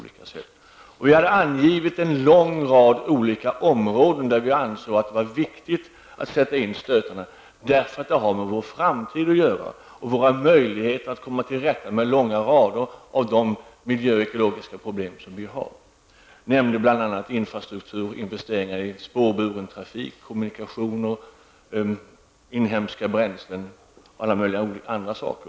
Vi har angivit en lång rad områden där vi anser att det är viktigt att sätta in stötarna, därför att det har med vår framtid att göra och våra möjligheter att komma till rätta med miljö och ekologiska problem. Jag nämnde investeringar i infrastruktur -- spårburen trafik och andra kommunikationer -- inhemska bränslen och alla möjliga andra saker.